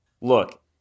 look